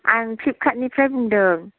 आं प्लिपकार्तनिफ्राइ बुंदों